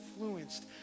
influenced